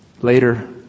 later